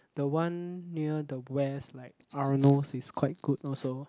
the one near the west like Arnold's is quite good also